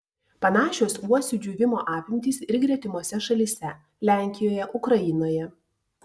panašios uosių džiūvimo apimtys ir gretimose šalyse lenkijoje ukrainoje